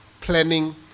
planning